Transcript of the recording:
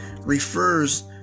refers